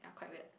yeah quite weird